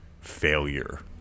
failure